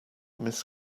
miss